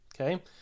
Okay